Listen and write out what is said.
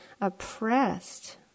oppressed